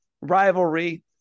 rivalry